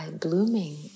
blooming